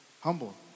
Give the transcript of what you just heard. humble